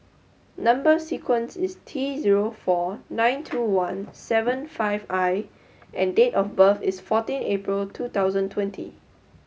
number sequence is T zero four nine two one seven five I and date of birth is fourteen April two thousand twenty